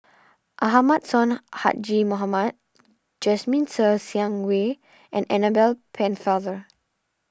Ahmad Sonhadji Mohamad Jasmine Ser Xiang Wei and Annabel Pennefather